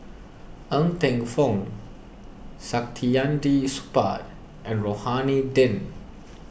Ng Teng Fong Saktiandi Supaat and Rohani Din